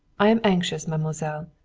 i am anxious, mademoiselle.